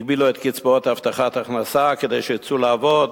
הגבילו את קצבאות הבטחת ההכנסה כדי שיצאו לעבוד,